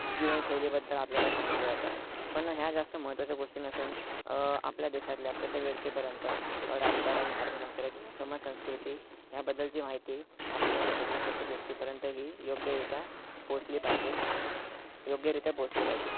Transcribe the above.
जीवनशैलीबद्दल आपल्याला सांगितलं जातं पण या जास्त महत्त्वाच्या गोष्टी नसून आपल्या देशातल्या प्रत्येक व्यक्तीपर्यंत राजकारण अर्थशास्त्र किंवा समाज संस्कृती या बद्दलची माहिती आपल्या देशातील प्रत्येक व्यक्तीपर्यंत ही योग्यरित्या पोचली पाहिजे योग्यरित्या पोचली पाहिजे